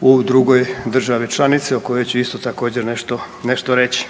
u drugoj državi članici o kojoj ću isto također, nešto reći.